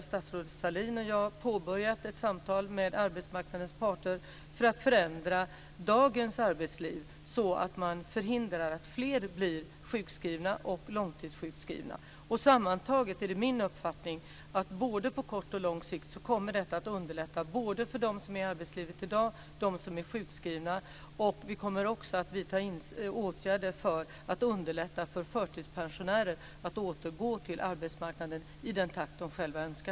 Statsrådet Sahlin och jag har påbörjat ett samtal med arbetsmarknadens parter för att förändra dagens arbetsliv, så att man förhindrar att fler blir sjukskrivna och långtidssjukskrivna. Sammantaget är det min uppfattning att detta på kort och på lång sikt kommer att underlätta både för dem som är i arbetslivet i dag och de som är sjukskrivna. Vi kommer också att vidta åtgärder för att underlätta för förtidspensionärer att återgå till arbetsmarknaden i den takt som de själva önskar.